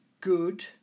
Good